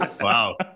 Wow